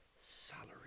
salary